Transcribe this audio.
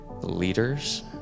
leaders